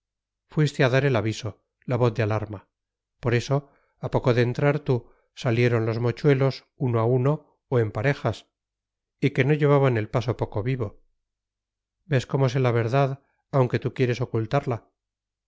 fuiste a dar el aviso la voz de alarma por eso a poco de entrar tú salieron los mochuelos uno a uno o en parejas y que no llevaban el paso poco vivo ves cómo sé la verdad aunque tú quieres ocultarla